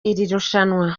irushanwa